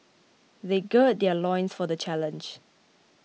they gird their loins for the challenge